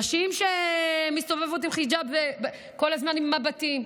נשים שמסתובבות כל הזמן עם חיג'אב וכל הזמן עם מבטים.